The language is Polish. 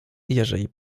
jeżeli